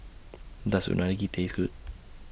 Does Unagi Taste Good